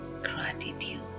gratitude